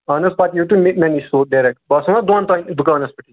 اَہن حظ پتہٕ اِیِو تُہۍ مےٚ نِش سُہ ڈٮ۪رٮ۪ک بہٕ آسن وَہ دۄن تانۍ دُکانس پٮ۪ٹھٕے